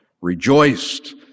rejoiced